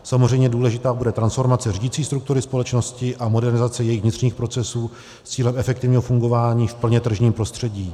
Samozřejmě důležitá bude transformace řídicí struktury společnosti a modernizace jejích vnitřních procesů s cílem efektivního fungování v plně tržním prostředí.